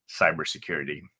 cybersecurity